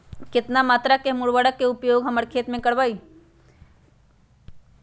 कितना मात्रा में हम उर्वरक के उपयोग हमर खेत में करबई?